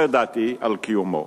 לא ידעתי על קיומו.